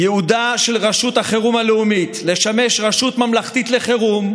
"ייעודה של רשות החירום הלאומית לשמש רשות ממלכתית לחירום,